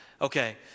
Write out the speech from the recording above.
Okay